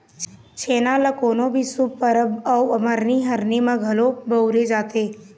छेना ल कोनो भी शुभ परब अउ मरनी हरनी म घलोक बउरे जाथे